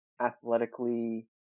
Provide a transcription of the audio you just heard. athletically